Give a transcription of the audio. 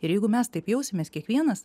ir jeigu mes taip jausimės kiekvienas